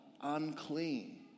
unclean